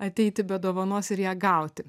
ateiti be dovanos ir ją gauti